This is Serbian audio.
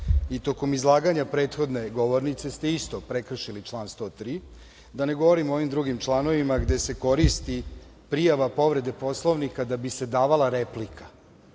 i tokom izlaganja prethodne govornice ste isto prekršili član 103, a ne govorim o ovim drugim članovima gde se koristi prijava povrede Poslovnika da bi se davala